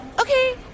okay